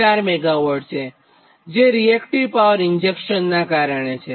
4 MW છે જે reactive power ઇન્જેક્શનને કારણે છે